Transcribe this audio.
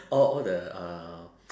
all all the uh